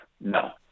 No